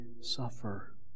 suffer